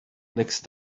next